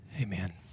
Amen